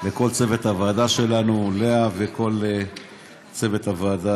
אני רוצה להודות